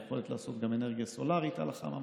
יכולת לעשות גם אנרגיה סולרית על החממה.